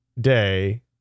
day